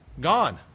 Gone